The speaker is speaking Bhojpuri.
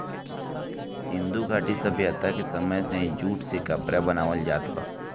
सिंधु घाटी सभ्यता के समय से ही जूट से कपड़ा बनावल जात बा